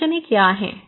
अड़चनें क्या हैं